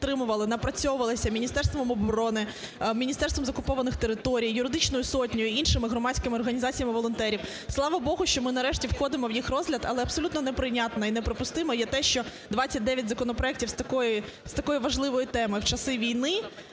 підтримували, напрацьовувалися Міністерством оборони, Міністерством з окупованих територій, "Юридичною сотнею", іншими громадськими організаціями волонтерів. Слава Богу, що ми нарешті входимо в їх розгляд. Але абсолютно неприйнятно і неприпустимо є те, що 29 законопроектів з такої важливої теми в часи війни